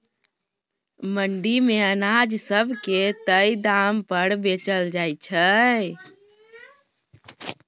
मंडी मे अनाज सब के तय दाम पर बेचल जाइ छै